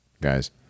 guys